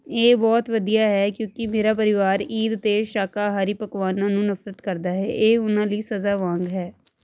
ਇਹ ਬਹੁਤ ਵਧੀਆ ਹੈ ਕਿਉਂਕਿ ਮੇਰਾ ਪਰਿਵਾਰ ਈਦ 'ਤੇ ਸ਼ਾਕਾਹਾਰੀ ਪਕਵਾਨਾਂ ਨੂੰ ਨਫ਼ਰਤ ਕਰਦਾ ਹੈ ਇਹ ਉਹਨਾਂ ਲਈ ਸਜ਼ਾ ਵਾਂਗ ਹੈ